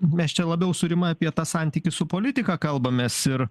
mes čia labiau su rima apie tą santykį su politika kalbamės ir